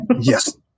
yes